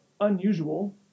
unusual